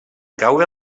caure